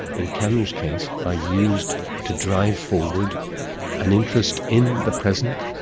in camus' case, are used to drive forward an interest in the present,